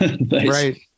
Right